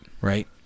Right